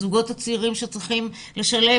הזוגות הצעירים שצריכים לשלם